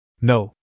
No